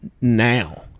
now